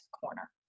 corner